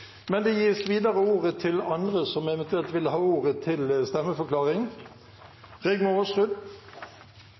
gis ordet til andre som eventuelt vil ha ordet til en stemmeforklaring.